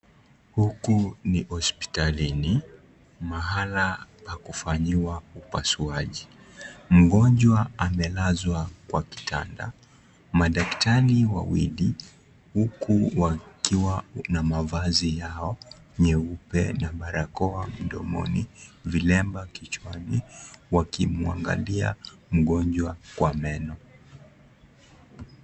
Huku ni hospitalini, mahala pa kufanyiwa upasuaji. Mgonjwa amelazwa kwa kitanda. Madaktari wawili huku wakiwa na mavazi yao nyeupe na barakoa mdomoni, vilemba kichwani wakimwangalia mgonjwa kwa meno.